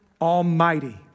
Almighty